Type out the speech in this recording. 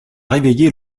réveillé